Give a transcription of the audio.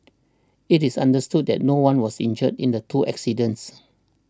it is understood that no one was injured in the two accidents